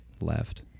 left